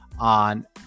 on